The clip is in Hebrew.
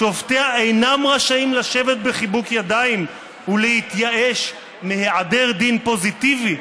"שופטיה אינם רשאים לשבת בחיבוק ידיים ולהתייאש מהיעדר דין פוזיטיבי,